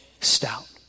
stout